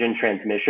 transmission